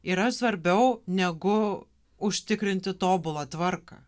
yra svarbiau negu užtikrinti tobulą tvarką